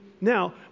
Now